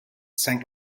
sank